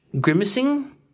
grimacing